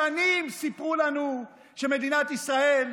שנים סיפרו לנו שמדינת ישראל,